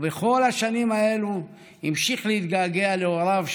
ובכל השנים האלה המשיך להתגעגע להוריו,